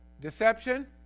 Deception